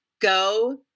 go